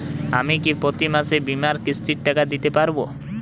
আমি কি প্রতি মাসে বীমার কিস্তির টাকা দিতে পারবো?